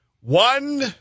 one